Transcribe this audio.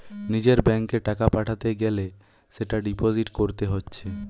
নিজের ব্যাংকে টাকা পাঠাতে গ্যালে সেটা ডিপোজিট কোরতে হচ্ছে